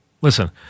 Listen